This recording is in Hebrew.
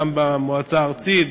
גם במועצה הארצית,